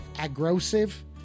aggressive